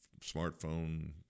smartphone